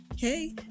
Hey